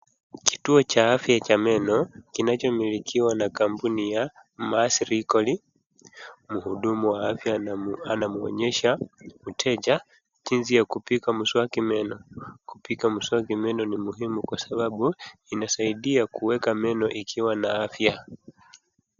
Kituo cha afya cha meno kinachomilikiwa na kampuni ya MARS WRIGELY.Mhudumu wa afya anamuonyesha mteja jinsi ya kupiga mswaki meno. Kupiga mswaki meno ni muhimu kwa sababu inasaidia kuweka meno ikiwa na afya.